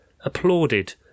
applauded